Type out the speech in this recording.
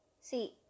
see